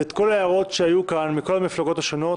ואת כל ההערות שעלו כאן מכל המפלגות השונות,